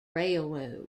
railroad